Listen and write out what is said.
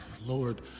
Lord